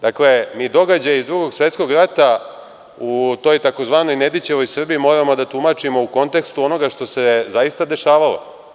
Dakle, mi događaje iz Drugog svetskog rata, u toj tzv. Nedićevoj Srbiji, moramo da tumačimo u kontekstu onoga što se zaista dešavalo.